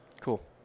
Cool